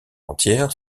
entière